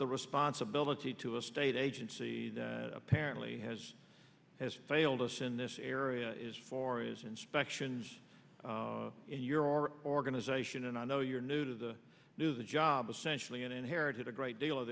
the responsibility to a state agency that apparently has has failed us in this area is for as inspections in your our organization and i know you're new to the do the job essentially and inherited a great deal of